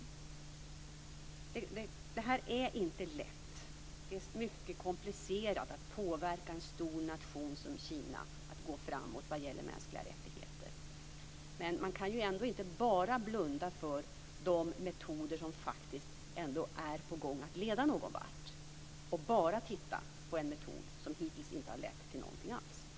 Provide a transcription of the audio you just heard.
Det här är inte lätt. Det är mycket komplicerat att påverka en stor nation som Kina att gå framåt vad gäller mänskliga rättigheter. Man kan inte blunda för de metoder som ändå är på väg att leda någonvart och bara titta på en metod som hittills inte har lett till någonting alls.